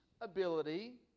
ability